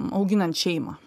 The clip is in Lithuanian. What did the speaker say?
auginant šeimą